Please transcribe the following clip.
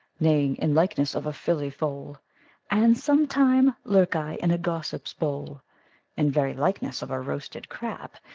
neighing in likeness of a filly foal and sometime lurk i in a gossip's bowl in very likeness of a roasted crab,